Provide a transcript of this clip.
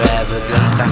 evidence